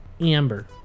Amber